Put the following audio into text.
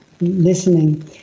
listening